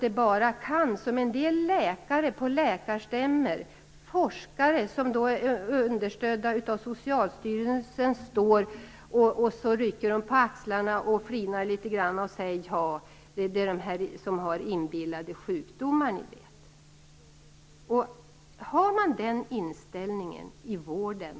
En del läkare och forskare som är understödda av Socialstyrelsen står på läkarstämmor och rycker på axlarna, flinar litet grand och säger: Ja, det är de här som har inbillade sjukdomar, ni vet.